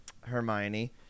Hermione